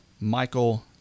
Michael